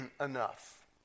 enough